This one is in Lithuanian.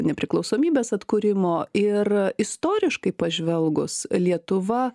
nepriklausomybės atkūrimo ir istoriškai pažvelgus lietuva